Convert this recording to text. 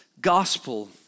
gospel